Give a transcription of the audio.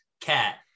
Cat